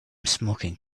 smoking